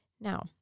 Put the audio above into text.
Now